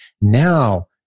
now